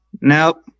Nope